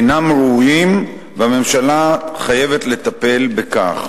אינם ראויים, והממשלה חייבת לטפל בכך.